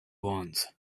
want